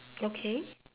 okay